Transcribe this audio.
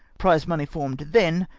prize money formed then,